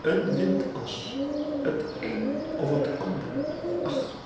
een windas t een of t ander ach